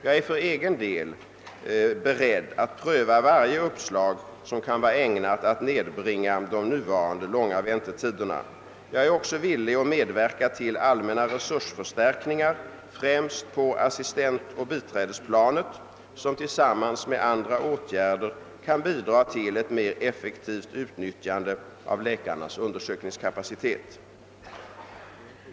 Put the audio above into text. Jag är för egen del beredd att pröva varje uppslag som kan vara ägnat att nedbringa de nuvarande långa väntetiderna. Jag är också villig medverka till allmänna resursförstärkningar, främst på assistentoch biträdesplanet, som tillsammans med andra åtgärder kan bidra till ett mer effektivt utnyttjande av läkarnas undersökningskapacitet.